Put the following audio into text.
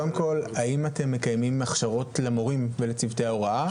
קודם כל האם אתם מקיימים הכשרות למורים ולצוותי ההוראה,